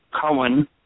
Cohen